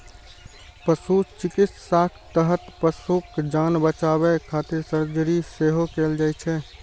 पशु चिकित्साक तहत पशुक जान बचाबै खातिर सर्जरी सेहो कैल जाइ छै